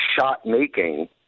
shot-making